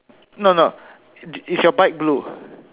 no no is your bike blue